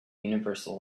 universal